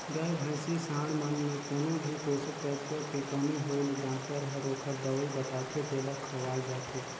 गाय, भइसी, सांड मन में कोनो भी पोषक तत्व के कमी होय ले डॉक्टर हर ओखर दवई बताथे तेला खवाल जाथे